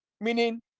meaning